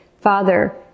Father